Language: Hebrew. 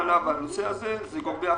הנושא הזה מוטל על גורמי האכיפה.